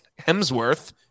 Hemsworth